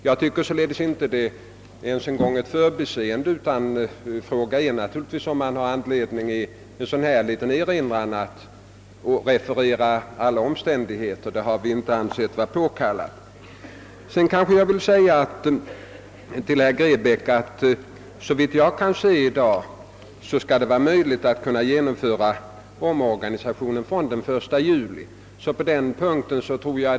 Jag tycker således att det inte ens rör sig om ett förbiseende. Frågan är om det fanns anledning att referera alla omständigheter — vi har i alla fall inte ansett det påkallat. Jag vill också påpeka för herr Grebäck att det, såvitt jag kan se i dag, är möjligt att genomföra omorganisationen från och med den 1 juli 1967.